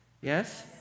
Yes